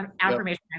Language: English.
affirmation